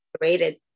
rated